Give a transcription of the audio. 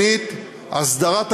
שנית, הסדרת היחסים,